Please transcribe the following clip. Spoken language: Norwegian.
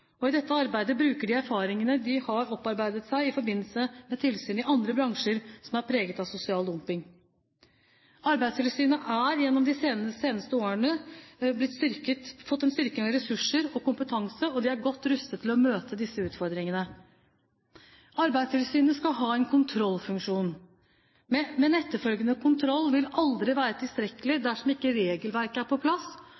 og i dette arbeidet bruker de erfaringene de har opparbeidet seg i forbindelse med tilsyn i andre bransjer som er preget av sosial dumping. Arbeidstilsynet har gjennom de seneste årene fått en styrking av ressurser og kompetanse, og de er godt rustet til å møte disse utfordringene. Arbeidstilsynet skal ha en kontrollfunksjon. Men etterfølgende kontroll vil aldri være tilstrekkelig